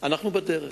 אנחנו בדרך.